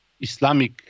Islamic